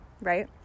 right